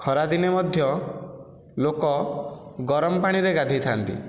ଖରାଦିନେ ମଧ୍ୟ ଲୋକ ଗରମ ପାଣିରେ ଗାଧୋଇଥାନ୍ତି